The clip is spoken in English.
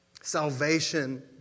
Salvation